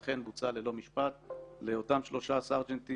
אכן בוצע ללא משפט לאותם שלושה סרג'נטים.